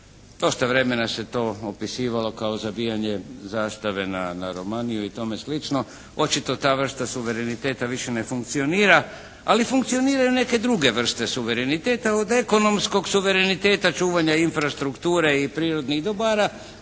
dosta vremena se to opisivalo kao zabijanje zastave na romaniju i tome slično. Očito ta vrsta suvereniteta više ne funkcionira, ali funkcioniraju neke druge vrste suvereniteta, od ekonomskog suvereniteta, čuvanja infrastrukture i prirodnih dobara,